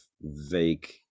vague